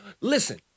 Listen